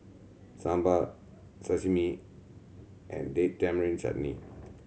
Sambar Sashimi and Date Tamarind Chutney